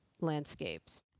landscapes